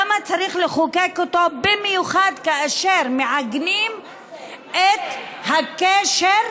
למה צריך לחוקק אותו במיוחד כאשר מעגנים את הקשר,